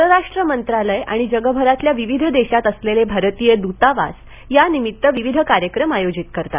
परराष्ट्र मंत्रालय आणि जगभरातल्या विविध देशांत असलेले भारतीय दूतावास या निमित्त विविध कार्यक्रम आयोजित करतात